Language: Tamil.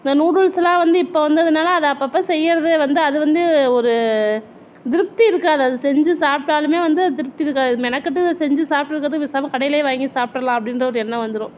இந்த நூடுல்ஸுலாம் வந்து இப்போ வந்ததுனால் அதை அப்பப்போ செய்கிறது வந்து அது வந்து ஒரு திருப்தி இருக்காது அது செஞ்சு சாப்பிட்டாலுமே வந்து திருப்தி இருக்காது மெனக்கட்டு அதை செஞ்சு சாப்பிட்டுட்டு இருக்கிறதுக்கு பேசாமல் கடையிலேயே வாங்கி சாப்பிட்ருலாம் அப்படின்ற ஒரு எண்ணம் வந்துடும்